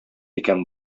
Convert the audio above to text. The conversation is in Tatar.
икән